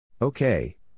Okay